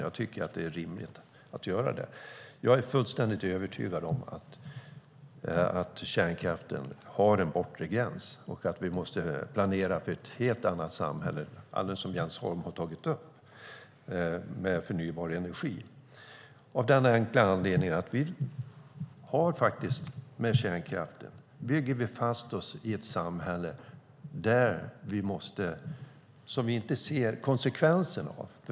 Jag tycker att det är rimligt att göra det. Jag är fullständigt övertygad om att kärnkraften har en bortre gräns och att vi måste planera för ett helt annat samhälle med förnybar energi, precis som Jens Holm tog upp, av den enkla anledningen att vi med kärnkraften bygger fast oss i ett samhälle som vi inte ser konsekvenserna av.